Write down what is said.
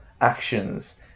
actions